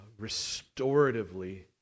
restoratively